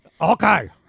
Okay